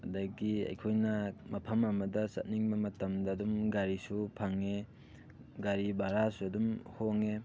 ꯑꯗꯒꯤ ꯑꯩꯈꯣꯏꯅ ꯃꯐꯝ ꯑꯃꯗ ꯆꯠꯅꯤꯡꯕ ꯃꯇꯝꯗ ꯑꯗꯨꯝ ꯒꯥꯔꯤꯁꯨ ꯐꯪꯉꯦ ꯒꯥꯔꯤ ꯕꯔꯥꯁꯨ ꯑꯗꯨꯝ ꯍꯣꯡꯉꯦ